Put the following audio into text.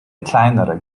kleinere